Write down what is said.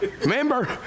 Remember